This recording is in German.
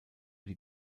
die